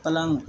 पलंग